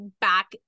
back